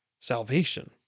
salvation